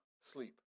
sleep